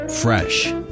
fresh